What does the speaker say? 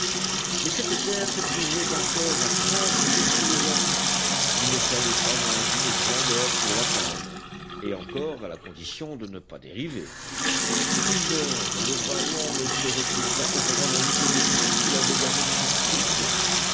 mais cette terre se trouvait encore à trente milles sous le vent il ne fallait pas moins d'une grande heure pour l'atteindre et encore à la condition de ne pas dériver une heure le ballon ne se serait-il pas auparavant vidé de tout ce qu'il avait gardé de son fluide